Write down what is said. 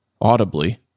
audibly